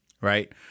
Right